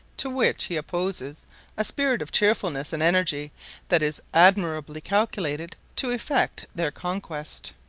to which he opposes a spirit of cheerfulness and energy that is admirably calculated to effect their conquest.